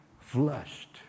flushed